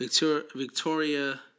Victoria